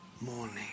morning